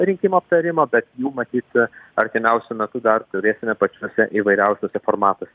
rinkimų aptarimo bet jų matyt artimiausiu metu dar turėsime pačiuose įvairiausiuose formatuose